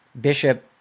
Bishop